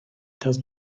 does